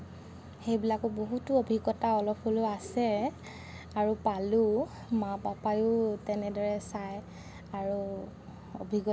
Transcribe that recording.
সেইবিলাকো বহুতো অভিজ্ঞতা অলপ হ'লেও আছে আৰু পালোঁ মা পাপায়ো তেনেদৰে চায় আৰু